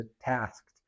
tasked